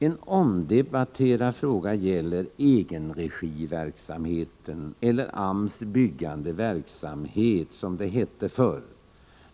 En omdebatterad fråga gäller egenregiverksamheten eller AMS byggande verksamhet som det hette förr.